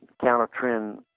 counter-trend